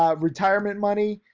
ah retirement money,